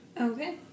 Okay